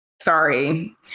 sorry